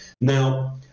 Now